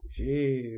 Jeez